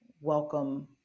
welcome